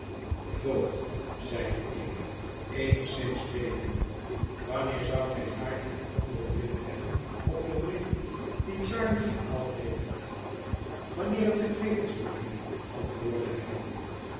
voogd zeide ik eenigszins bevende wanneer zoudt gij gaarne het antwoord willen hebben op den brief dien gharley gehaald heeft wanneer het gereed is melieve antwoordde hij